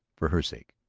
for her sake,